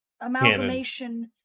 amalgamation